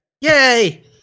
Yay